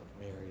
Mary